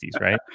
right